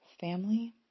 family